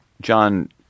John